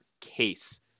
case